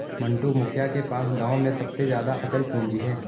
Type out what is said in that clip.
मंटू, मुखिया के पास गांव में सबसे ज्यादा अचल पूंजी है